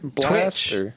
Twitch